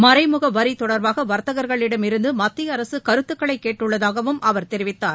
மறைமுக வரி தொடர்பாக வாத்தகர்களிடமிருந்து மத்திய அரசு கருத்துக்களை கேட்டுள்ளதாகவும் அவர் தெரிவித்தார்